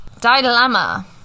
dilemma